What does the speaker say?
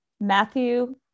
Matthew